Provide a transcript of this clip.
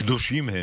קדושים הם.